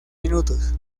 minutos